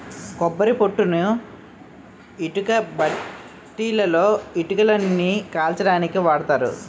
కొబ్బరి పొట్టుని ఇటుకబట్టీలలో ఇటుకలని కాల్చడానికి వాడతారు